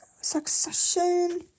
Succession